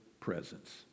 presence